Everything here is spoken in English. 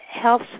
health